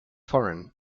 foreign